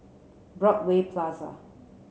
Broadway Plaza